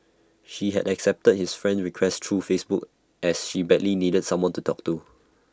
she had accepted his friend request through Facebook as she badly needed someone to talk to